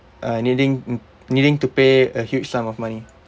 uh needing needing to pay a huge sum of money